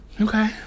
Okay